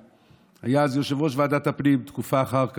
היה יושב-ראש ועדת הפנים תקופה אחר כך.